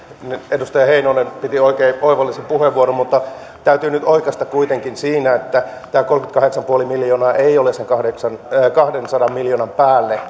edustaja heinonen käytti oikein oivallisen puheenvuoron mutta täytyy nyt oikaista kuitenkin siinä että tämä kolmekymmentäkahdeksan pilkku viisi miljoonaa ei ole sen kahdensadan miljoonan päälle